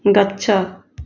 ଗଛ